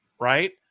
right